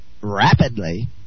rapidly